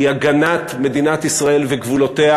היא הגנת מדינת ישראל וגבולותיה,